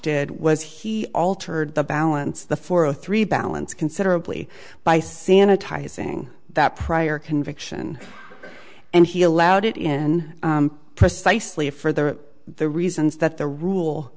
did was he altered the balance the four three balance considerably by sanitizing that prior conviction and he allowed it in precisely for that the reasons that the rule